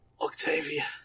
Octavia